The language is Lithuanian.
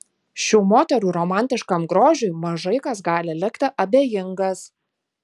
šių moterų romantiškam grožiui mažai kas gali likti abejingas